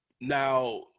Now